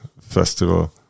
festival